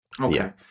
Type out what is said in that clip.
Okay